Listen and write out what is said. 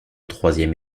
troisième